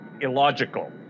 illogical